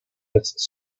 its